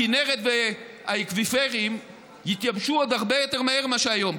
הכינרת והאקוויפרים יתייבשו עוד הרבה יותר מהר ממה שהיום.